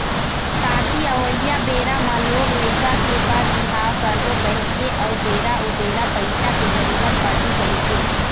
ताकि अवइया बेरा म लोग लइका के बर बिहाव करबो कहिके अउ बेरा उबेरा पइसा के जरुरत पड़ही कहिके